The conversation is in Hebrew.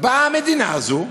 באה המדינה הזו,